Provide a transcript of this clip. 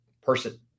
person